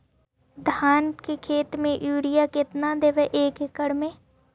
धान के खेत में युरिया केतना देबै एक एकड़ में?